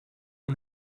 amb